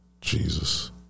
Jesus